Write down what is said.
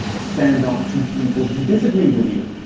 stand up to people who disagree with you.